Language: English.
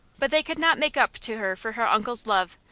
but they could not make up to her for her uncle's love,